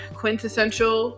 quintessential